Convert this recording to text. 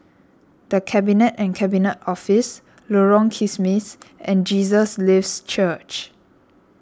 the Cabinet and Cabinet Office Lorong Kismis and Jesus Lives Church